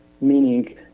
meaning